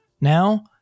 Now